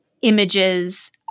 images